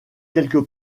quelque